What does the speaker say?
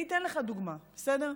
אני אתן לך דוגמה, בסדר?